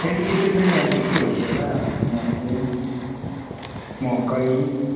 खेती किसान त यहाँ त के हुन्छ र मस्याम मकै